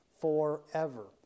forever